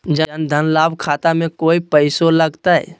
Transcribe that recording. जन धन लाभ खाता में कोइ पैसों लगते?